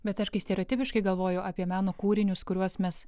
bet aš kai stereotipiškai galvoju apie meno kūrinius kuriuos mes